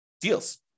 deals